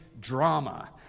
drama